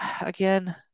Again